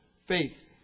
faith